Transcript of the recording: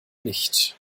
nicht